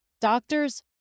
doctors